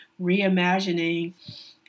reimagining